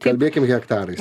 kalbėkim hektarais